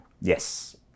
Yes